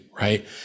Right